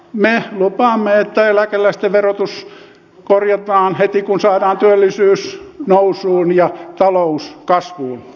me lupaamme että eläkeläisten verotus korjataan heti kun saadaan työllisyys nousuun ja talous kasvuun